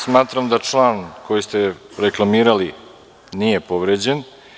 Smatram da član koji ste reklamirali nije povređen.